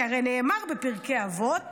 כי הרי נאמר בפרקי אבות